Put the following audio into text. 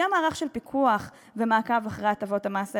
גם מערך של פיקוח ומעקב אחרי הטבות המס האלה,